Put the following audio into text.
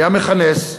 היה מכנס,